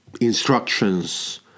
instructions